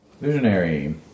Visionary